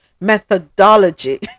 methodology